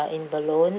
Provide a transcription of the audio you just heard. in balloon